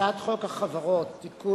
הצעת חוק החברות (תיקון,